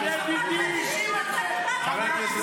--- חבר הכנסת